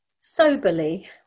Soberly